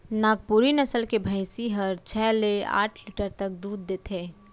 नागपुरी नसल के भईंसी हर छै ले आठ लीटर तक दूद देथे